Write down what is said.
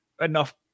enough